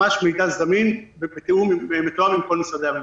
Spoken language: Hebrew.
ממש מידע זמין ומתואם עם כל משרדי הממשלה.